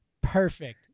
perfect